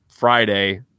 Friday